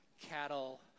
cattle